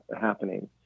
happening